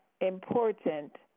important